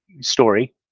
story